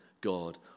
God